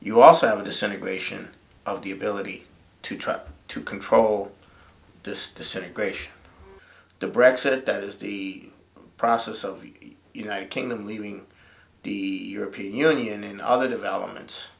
you also have a disintegration of the ability to try to control the disintegration the breck said that is the process of the united kingdom leaving the european union in other developments